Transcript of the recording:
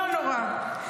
לא נורא.